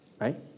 right